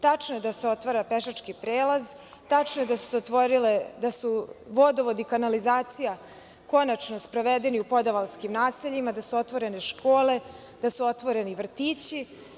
Tačno je da se otvara pešački prelaz i tačno je da su vodovod i kanalizacija konačno sprovedeni u podavalskim naseljima, da su otvorene škole, da su otvoreni vrtići.